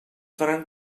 faran